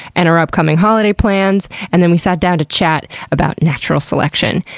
and our upcoming holiday plans, and then we sat down to chat about natural selection.